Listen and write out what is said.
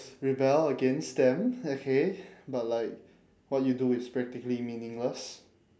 rebel against them okay but like what you do is practically meaningless